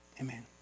amen